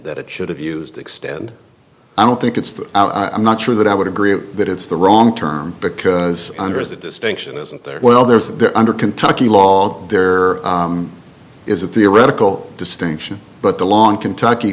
that it should have used extend i don't think it's i'm not sure that i would agree that it's the wrong term because under is a distinction isn't there well there's the under kentucky law there is a theoretical distinction but the long kentucky